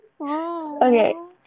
Okay